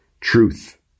truth